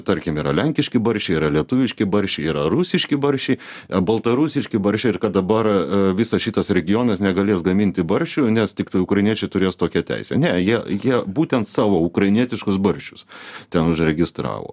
tarkim yra lenkiški barščiai yra lietuviški barščiai yra rusiški barščiai baltarusiški barščiai ir kad dabar visas šitas regionas negalės gaminti barščių nes tiktai ukrainiečiai turės tokią teisę ne jie jie būtent savo ukrainietiškus barščius ten užregistravo